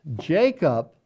Jacob